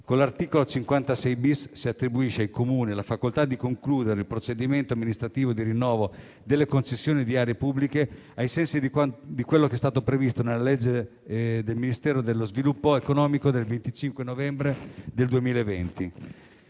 Con l'articolo 56-*bis* si attribuisce ai Comuni la facoltà di concludere il procedimento amministrativo di rinnovo delle concessioni di aree pubbliche, ai sensi di quanto previsto dal decreto del Ministro dello sviluppo economico del 25 novembre 2020,